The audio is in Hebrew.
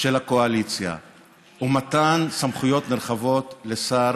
של הקואליציה ומתן סמכויות נרחבות לשר